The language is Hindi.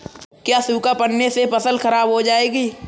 क्या सूखा पड़ने से फसल खराब हो जाएगी?